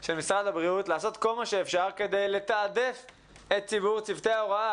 של משרד הבריאות לעשות כל מה שאפשר כדי לתעדף את ציבור צוותי ההוראה.